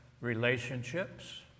relationships